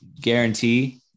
guarantee